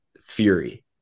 fury